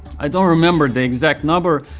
i don't remember the exact number,